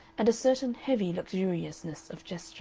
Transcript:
and a certain heavy luxuriousness of